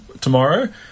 tomorrow